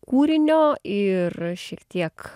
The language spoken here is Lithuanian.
kūrinio ir šiek tiek